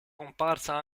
comparsa